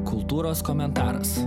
kultūros komentaras